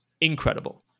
incredible